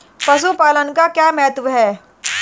पशुपालन का क्या महत्व है?